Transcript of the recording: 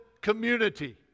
community